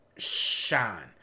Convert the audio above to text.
shine